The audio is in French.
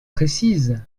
précise